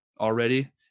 already